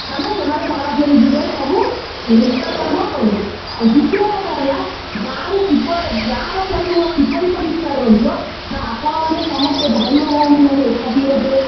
ମାନେ ସେମାନେ ଝାଡ଼ା ଫେରିଯିବେ ସବୁ ନିତ୍ୟକର୍ମ କରିବେ ସବୁ ଆଉ ଦ୍ୱିତୀୟ କଥା ହେଲା ଗାଁରେ କିପ ଗାଁର ପରିମଳ କିପରି ପରିଷ୍କାର ରହିବ ତା ଆପଣମାନେ ସମସ୍ତେ ଭାଇ ଓ ଭଉଣୀମାନେ ଏକାଠି ହେବେ